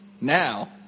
Now